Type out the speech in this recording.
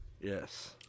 Yes